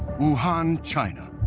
wuhan, china.